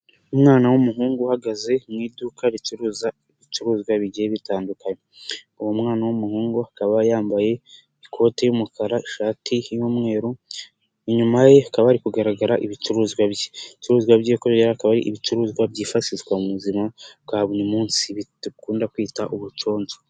Umwana w'umuhungu uhagaze mu iduka ricuruza ibicuruzwa bigiye bitandukanye, uwo mwana w'umuhungu akaba yambaye ikoti ry'umukara ishati y'umweru inyuma ye hakaba ari kugaragara ibicuruzwa bye, ibicuruzwa bye akaba ari ibicuruzwa byifashishwa mu buzima bwa buri munsi dukunda kwita ubuconsho.